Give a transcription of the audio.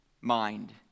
mind